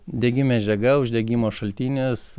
degi medžiaga uždegimo šaltinis